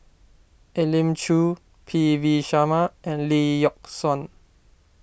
Elim Chew P V Sharma and Lee Yock Suan